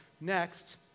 next